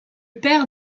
père